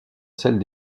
celle